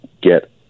get